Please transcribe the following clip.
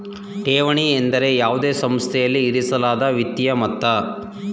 ಠೇವಣಿ ಎಂದರೆ ಯಾವುದೇ ಸಂಸ್ಥೆಯಲ್ಲಿ ಇರಿಸಲಾದ ವಿತ್ತೀಯ ಮೊತ್ತ